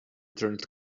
turned